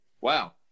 Wow